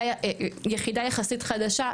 זאת יחידה יחסית חדשה,